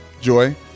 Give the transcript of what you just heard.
Joy